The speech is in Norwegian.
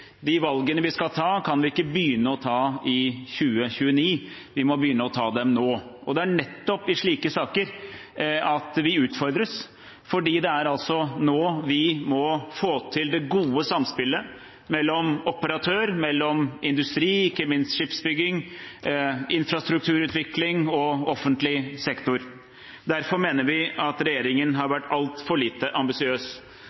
De valgene vi skal ta, kan vi ikke begynne å ta i 2029, vi må begynne å ta dem nå. Det er nettopp i slike saker at vi utfordres, fordi det altså er nå vi må få til det gode samspillet mellom operatør, industri, ikke minst skipsbygging og infrastrukturutvikling, og offentlig sektor. Derfor mener vi at regjeringen har